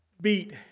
beat